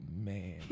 man